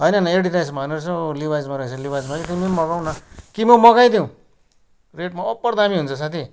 होइन होइन एडिडासमा होइन रहेछ हौ लिभाइजमा रहेछ लिभाइजमा कि तिमी पनि मगाऊ न कि म मगाइदिऊँ रेडमा ओभर दामी हुन्छ साथी